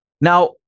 Now